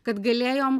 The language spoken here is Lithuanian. kad galėjom